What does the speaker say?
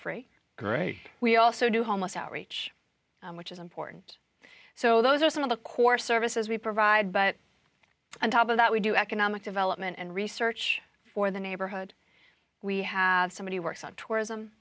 free great we also do homeless outreach which is important so those are some of the core services we provide but on top of that we do economic development and research for the neighborhood we have somebody who works on tourism